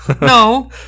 No